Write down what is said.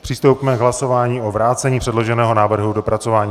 Přistoupíme k hlasování o vrácení předloženého návrhu k dopracování.